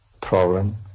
problem